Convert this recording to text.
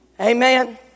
Amen